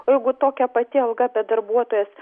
o jeigu tokia pati alga bet darbuotojas